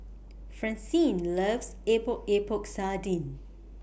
Francine loves Epok Epok Sardin